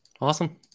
awesome